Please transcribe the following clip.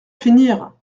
finir